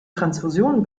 transfusionen